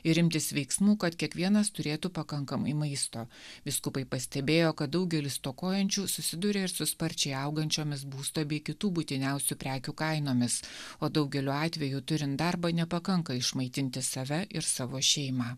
ir imtis veiksmų kad kiekvienas turėtų pakankamai maisto vyskupai pastebėjo kad daugelis stokojančių susiduria ir su sparčiai augančiomis būsto bei kitų būtiniausių prekių kainomis o daugeliu atvejų turint darbą nepakanka išmaitinti save ir savo šeimą